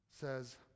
says